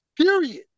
Period